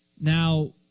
Now